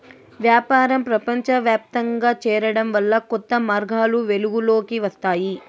వ్యాపారం ప్రపంచవ్యాప్తంగా చేరడం వల్ల కొత్త మార్గాలు వెలుగులోకి వస్తాయి